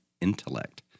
intellect